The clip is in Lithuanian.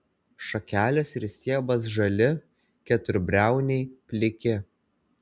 šakelės ir stiebas žali keturbriauniai pliki